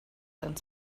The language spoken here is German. ins